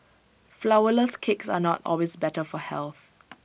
Flourless Cakes are not always better for health